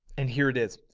and here it is.